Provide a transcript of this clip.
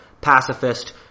pacifist